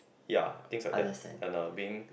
ya things like that and uh being